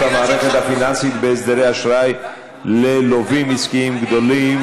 המערכת הפיננסית בהסדרי אשראי ללווים עסקיים גדולים.